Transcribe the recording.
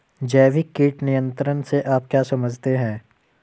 जैविक कीट नियंत्रण से आप क्या समझते हैं?